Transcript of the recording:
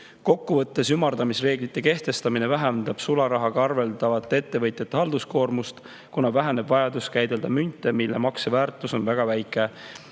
Kokkuvõttes vähendab ümardamisreeglite kehtestamine sularahaga arveldavate ettevõtjate halduskoormust, kuna väheneb vajadus käidelda münte, mille makseväärtus on väga väike,